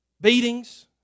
Beatings